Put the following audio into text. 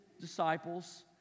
disciples